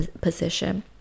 position